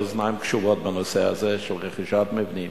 אוזניים קשובות בנושא הזה של רכישת מבנים.